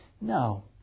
No